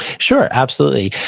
sure, absolutely.